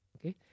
okay